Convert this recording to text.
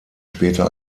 später